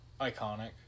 Iconic